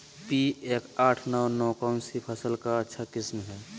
P एक आठ नौ नौ कौन सी फसल का अच्छा किस्म हैं?